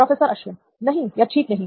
professor Ashwin नहीं यह ठीक नहीं